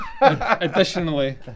additionally